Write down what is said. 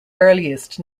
earliest